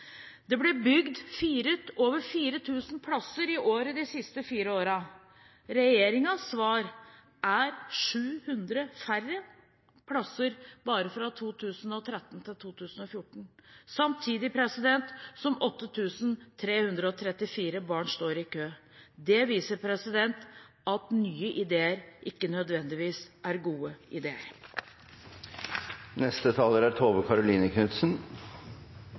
Det ble bygd over 4 000 plasser i året de siste fire årene. Regjeringens svar er 700 færre plasser bare fra 2013 til 2014 samtidig som 8 334 står i kø. Det viser at nye ideer ikke nødvendigvis er gode ideer. Bare noen ord og kommentarer til ting som er